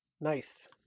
Nice